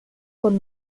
con